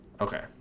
Okay